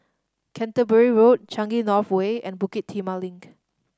Canterbury Road Changi North Way and Bukit Timah Link